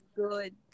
good